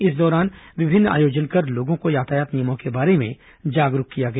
इस दौरान विभिन्न आयोजन कर लोगों को यातायात नियमों के बारे में जागरूक किया गया